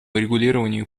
урегулированию